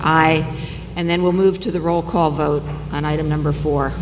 i and then we'll move to the roll call vote on item number four